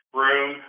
room